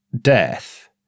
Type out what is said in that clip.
death